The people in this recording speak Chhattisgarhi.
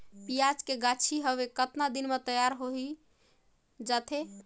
पियाज के गाछी हवे कतना दिन म तैयार हों जा थे?